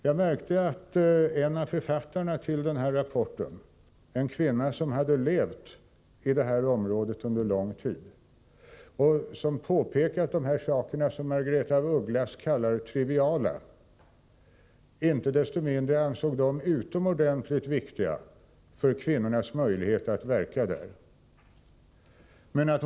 Jag märkte att en av författarna till den här rapporten — en kvinna som hade levt i området under lång tid och som pekat på de ting som Margaretha af Ugglas kallar triviala — inte desto mindre ansåg dessa saker utomordentligt viktiga för kvinnornas möjligheter att verka på platsen.